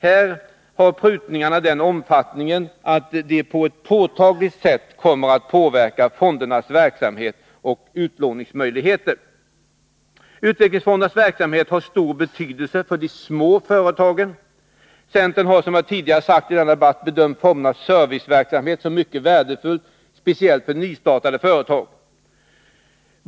Här har prutningarna den omfattningen att de på ett påtagligt sätt kommer att påverka fondernas verksamhet och utlåningsmöjligheter. Utvecklingsfondernas verksamhet har stor betydelse för de små företagen. Centern har, som jag tidigare nämnt i denna debatt, bedömt fondernas serviceverksamhet som mycket värdefull speciellt för nystartade företag.